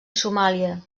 somàlia